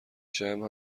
جمع